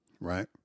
right